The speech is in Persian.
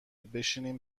بشینیم